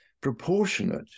proportionate